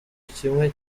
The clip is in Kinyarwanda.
kimwe